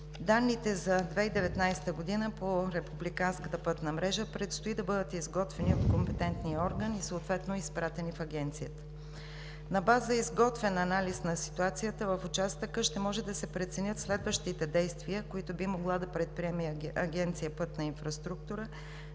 Данните за 2019 г. по републиканската пътна мрежа предстои да бъдат изготвени от компетентния орган и съответно изпратени в Агенцията. На база изготвен анализ на ситуацията в участъка ще може да се преценят следващите действия, които би могла да предприеме Агенция „Пътна инфраструктура“